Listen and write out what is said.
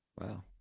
Wow